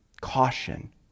caution